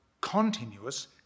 continuous